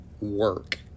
work